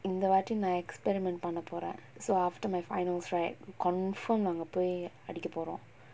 இந்த வாட்டி நா:intha vaatti naa experiment பண்ண போறேன்:panna poren so after my finals right confirm நா அங்க போயி அடிக்க போறோம்:naa anga poyi adikka porom